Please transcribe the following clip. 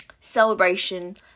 celebration